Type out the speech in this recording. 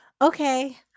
Okay